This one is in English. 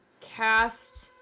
cast